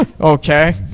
Okay